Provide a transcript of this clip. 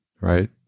Right